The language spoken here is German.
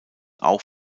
auch